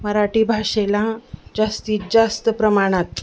मराठी भाषेला जास्तीत जास्त प्रमाणात